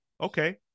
Okay